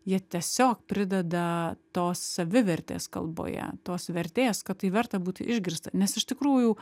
jie tiesiog prideda tos savivertės kalboje tos vertės kad tai verta būti išgirsta nes iš tikrųjų